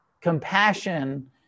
Compassion